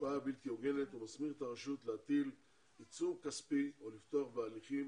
השפעה בלתי הוגנת ומסמיך את הרשות להטיל עיצום כספי או לפתוח בהליכים